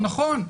נכון,